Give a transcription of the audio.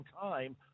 time